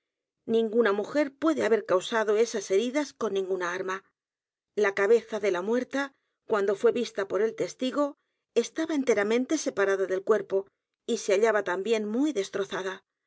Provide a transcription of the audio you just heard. ninguna mujer puede haber causado esas heridas con ninguna arma la cabeza de la muerta cuando fué vista por el testigo estaba enteramente separada del cuerpo y se hallaba también muy destrozada